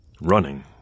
running